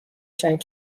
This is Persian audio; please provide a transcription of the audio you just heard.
چند